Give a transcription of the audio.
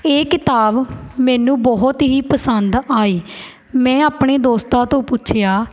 ਇਹ ਕਿਤਾਬ ਮੈਨੂੰ ਬਹੁਤ ਹੀ ਪਸੰਦ ਆਈ ਮੈਂ ਆਪਣੇ ਦੋਸਤਾਂ ਤੋਂ ਪੁੱਛਿਆ